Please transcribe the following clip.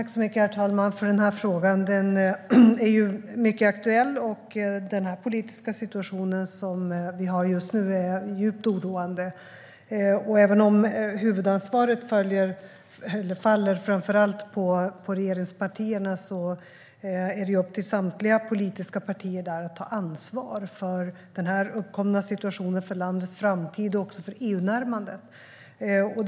Herr talman! Tack för frågan! Den är mycket aktuell. Den politiska situation som vi har just nu är djupt oroande. Även om huvudansvaret framför allt faller på regeringspartierna är det upp till samtliga politiska partier där att ta ansvar för den uppkomna situationen, för landets framtid och även för EU-närmandet.